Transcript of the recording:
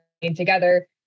together